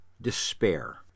despair